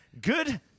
Good